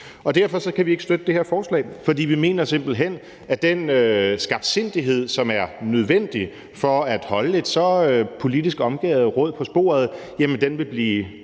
Derfor kan vi ikke støtte det her forslag, for vi mener simpelt hen, at den skarpsindighed, som er nødvendig for at holde et så politisk omgærdet råd på sporet, ville blive